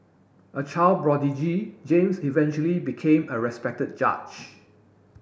a child prodigy James eventually became a respected judge